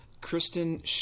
Kristen